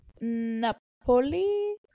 Napoli